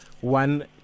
one